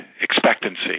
expectancy